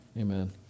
Amen